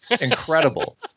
Incredible